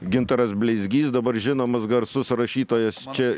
gintaras bleizgys dabar žinomas garsus rašytojas čia